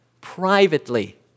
privately